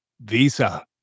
Visa